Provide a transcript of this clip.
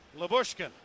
Labushkin